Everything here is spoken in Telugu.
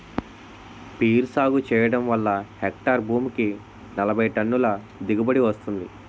పీర్ సాగు చెయ్యడం వల్ల హెక్టారు భూమికి నలబైటన్నుల దిగుబడీ వస్తుంది